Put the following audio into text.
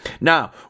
Now